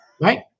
Right